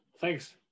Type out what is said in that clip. Thanks